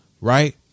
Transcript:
right